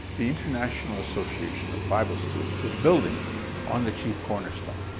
the international association of bible students was building on the chief cornerstone.